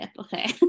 Okay